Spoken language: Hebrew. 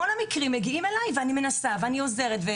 כל המקרים מגיעים אליי, ואני מנסה ואני עוזרת.